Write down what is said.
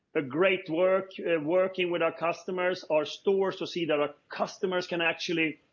a great work working with our customers. our stores to see that our customers can actually